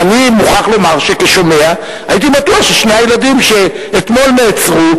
ואני מוכרח לומר שכשומע הייתי בטוח ששני הילדים שאתמול נעצרו,